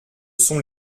sont